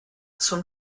zum